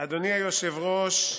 אדוני היושב-ראש,